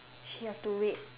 she have to wait